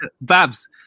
Babs